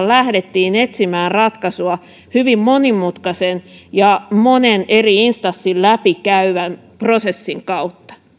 lähdettiin etsimään ratkaisua hyvin monimutkaisen ja monen eri instanssin läpi käyvän prosessin kautta